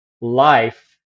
life